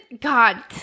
God